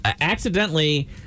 accidentally